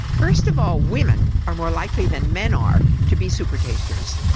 first of all women are more likely than men are to be supertasters.